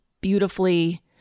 beautifully